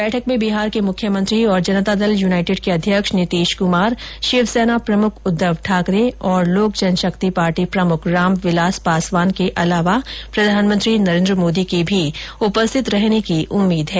बैठक में बिहार के मुख्यमंत्री और जनता दल यूनाईटेड के अध्यक्ष नीतीश कुमार शिवसेना प्रमुख उद्घव ठाकरे और लोक जनशक्ति पार्टी प्रमुख रामविलास पासवान के अलावा प्रधानमंत्री नरेंद्र मोदी के भी उपस्थित रहने की उम्मीद है